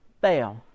fail